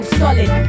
solid